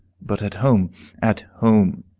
but at home at home,